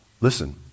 listen